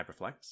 HyperFlex